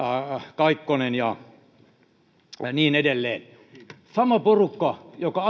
kaikkonen ja niin edelleen sama porukka joka